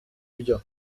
byo